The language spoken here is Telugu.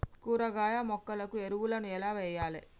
కూరగాయ మొక్కలకు ఎరువులను ఎలా వెయ్యాలే?